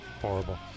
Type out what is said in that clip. Horrible